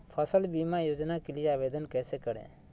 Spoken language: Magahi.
फसल बीमा योजना के लिए आवेदन कैसे करें?